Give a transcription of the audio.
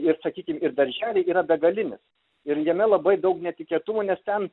ir sakykim ir darželiai yra begalinis ir jame labai daug netikėtumų nes ten